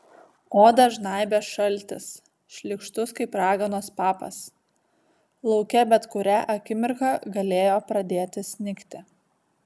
odą žnaibė šaltis šlykštus kaip raganos papas lauke bet kurią akimirką galėjo pradėti snigti